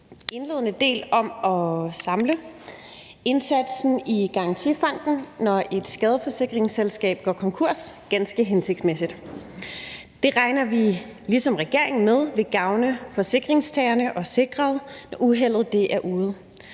indledende del om at samle indsatsen i Garantifonden, når et skadesforsikringsselskab går konkurs, ganske hensigtsmæssig. Det regner vi ligesom regeringen med vil gavne forsikringstagerne, når uheldet er ude.